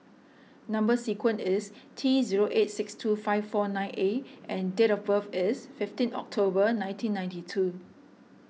Number Sequence is T zero eight six two five four nine A and date of birth is fifteen October nineteen ninety two